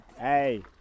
hey